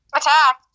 attack